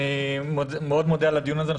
אני מאוד מודה על הדיון הזה.